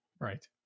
Right